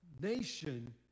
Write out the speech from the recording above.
nation